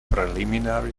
preliminary